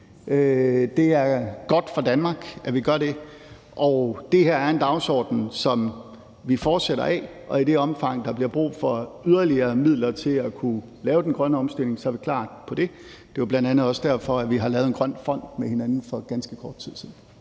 Det er godt for Danmark, at vi gør det, og det her er en dagsorden, vi fortsætter med, og i det omfang, der bliver brug for yderligere midler til at kunne lave den grønne omstilling, er vi klar på det. Det er bl.a. også derfor, vi har lavet en grøn fond med hinanden for ganske kort tid siden.